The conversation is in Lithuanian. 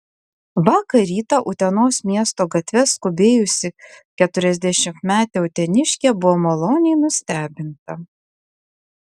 vakar rytą utenos miesto gatve skubėjusi keturiasdešimtmetė uteniškė buvo maloniai nustebinta